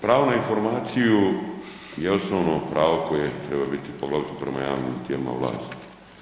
Pravno na informaciju je osnovno pravo koje bi trebalo biti poglavito prema javnim tijelima vlasti.